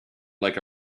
like